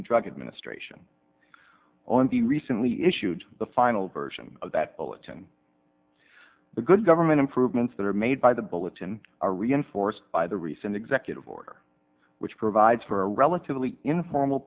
and drug administration on the recently issued the final version of that bulletin the good government improvements that are made by the bulletin are reinforced by the recent executive order which provides for a relatively informal